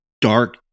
dark